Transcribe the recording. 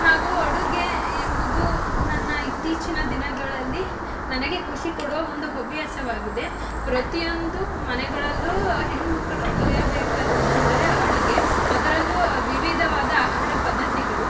ಹಾಗೂ ಅಡುಗೆ ಎಂಬುದು ನನ್ನ ಇತ್ತೀಚಿನ ದಿನಗಳಲ್ಲಿ ನನಗೆ ಖುಷಿ ಕೊಡುವ ಒಂದು ಹವ್ಯಾಸವಾಗಿದೆ ಪ್ರತಿಯೊಂದು ಮನೆಗಳಲ್ಲು ಹೆಣ್ಣು ಮಕ್ಕಳು ಕಲಿಯ ಬೇಕಾದದ್ದೆಂದರೆ ಅಡುಗೆ ಅದರಲ್ಲು ವಿವಿಧವಾದ ಆಹಾರ ಪದ್ದತಿಗಳು